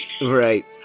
Right